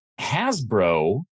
Hasbro